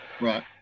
Right